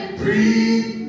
breathe